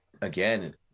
again